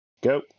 Go